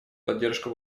поддержку